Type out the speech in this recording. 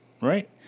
Right